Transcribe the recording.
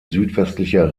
südwestlicher